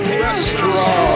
Restaurant